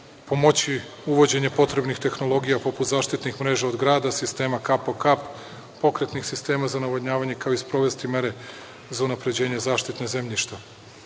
pomoći uvođenje potrebnih tehnologija, poput zaštitnih mreža od grada, sistema kap po kap, pokretnih sistema za navodnjavanje, kao i sprovesti mere za unapređenje zaštite zemljišta.U